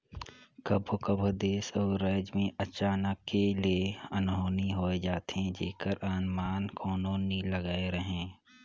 कभों कभों देस अउ राएज में अचानके ले अनहोनी होए जाथे जेकर अनमान कोनो नी लगाए रहें